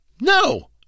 No